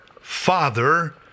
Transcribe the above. father